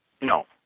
No